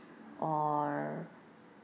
or